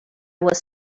was